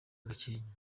gakenke